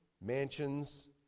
mansions